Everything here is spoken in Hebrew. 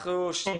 בסדר.